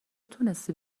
تونستی